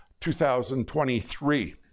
2023